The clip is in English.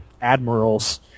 admirals